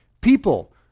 People